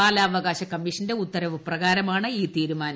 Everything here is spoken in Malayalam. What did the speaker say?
ബാലാവകാശ കമ്മീഷന്റെ ഉത്തരവ് പ്രകാരമാണ് ഈ തീരുമാനം